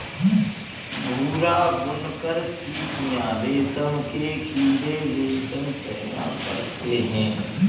भूरा बुनकर चीटियां रेशम के कीड़े रेशम पैदा करते हैं